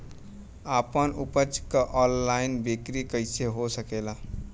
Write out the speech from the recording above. आपन उपज क ऑनलाइन बिक्री कइसे हो सकेला?